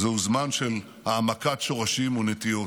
זהו זמן של העמקת שורשים ונטיעות.